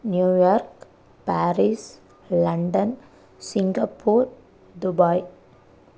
New York Paris London Singapore Dubai